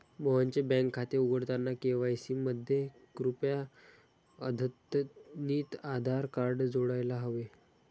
मोहनचे बँक खाते उघडताना के.वाय.सी मध्ये कृपया अद्यतनितआधार कार्ड जोडायला हवे